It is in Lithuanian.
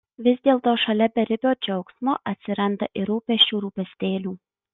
vis dėlto šalia beribio džiaugsmo atsiranda ir rūpesčių rūpestėlių